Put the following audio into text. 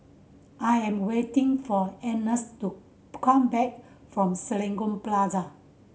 I am waiting for Ernest to come back from Serangoon Plaza